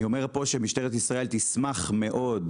אני אומר כאן שמשטרת ישראל תשמח מאוד